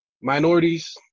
minorities